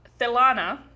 Thelana